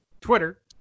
Twitter